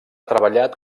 treballat